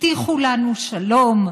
הבטיחו לנו שלום,